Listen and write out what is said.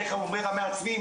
איך אומרים המעצבים,